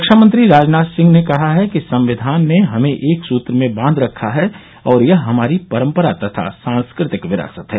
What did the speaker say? रक्षामंत्री राजनाथ सिंह ने कहा है कि संविधान ने हमें एक सूत्र में बांध रखा है और यह हमारी परम्परा तथा सांस्कृतिक विरासत है